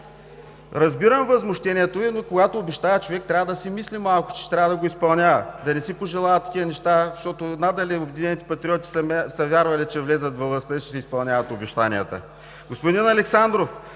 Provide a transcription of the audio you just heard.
Разбирам възмущението Ви, но когато обещае човек, трябва да помисли малко, че трябва да го изпълнява. Да не си пожелава такива неща, защото надали „Обединените патриоти“ са вярвали, че ще влязат във властта и ще си изпълняват обещанията. Господин Александров,